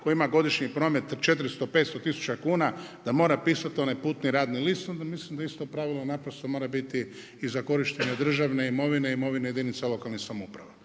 koji ima godišnji promet 400, 500 tisuća kuna da mora pisat onaj putni radni list onda mislim da isto pravilo naprosto mora biti i za korištenje državne imovine, imovine jedinica lokalnih samouprava.